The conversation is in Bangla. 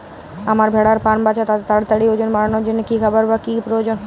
আমার ভেড়ার ফার্ম আছে তাদের তাড়াতাড়ি ওজন বাড়ানোর জন্য কী খাবার বা কী প্রয়োজন?